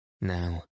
now